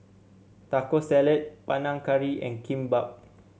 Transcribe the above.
Taco Salad Panang Curry and Kimbap